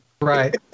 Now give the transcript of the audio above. Right